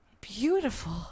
beautiful